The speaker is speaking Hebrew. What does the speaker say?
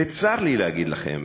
וצר לי להגיד לכם,